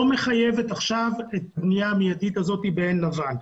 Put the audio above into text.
מחייבת עכשיו את הבנייה המיידית הזאת בעין לבן.